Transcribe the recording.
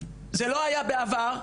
זה לא היה בעבר,